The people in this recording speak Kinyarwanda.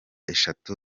eshatu